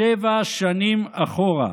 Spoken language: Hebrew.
שבע שנים אחורה,